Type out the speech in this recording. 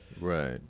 right